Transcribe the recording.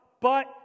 but